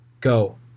Go